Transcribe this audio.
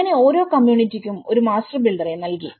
അങ്ങനെഓരോ കമ്മ്യൂണിറ്റിക്കും ഒരു മാസ്റ്റർ ബിൽഡറെ നൽകി